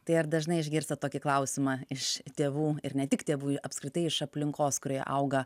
tai ar dažnai išgirstat tokį klausimą iš tėvų ir ne tik tėvų apskritai iš aplinkos kurioje auga